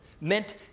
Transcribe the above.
meant